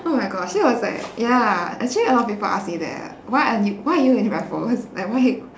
oh my gosh that was like ya actually a lot of people ask me that ah why aren't y~ why are you in raffles like why